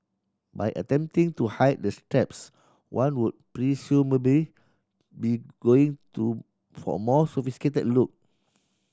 by attempting to hide the straps one would presumably be going to for a more sophisticated look